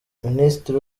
minisitiri